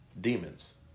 demons